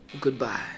Goodbye